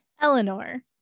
Eleanor